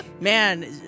Man